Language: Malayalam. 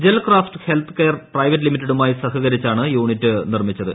gel craft health care private ലിമിറ്റഡുമായി സഹകരിച്ചാണ് യൂണിറ്റ് നിർമ്മിച്ചത്